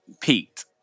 Pete